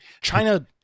China